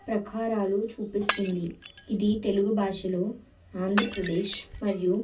ప్రాకారాలు చూపిస్తుంది ఇది తెలుగు బాషలో ఆంధ్రప్రదేశ్ మరియు